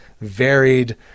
varied